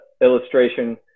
illustration